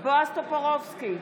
בועז טופורובסקי,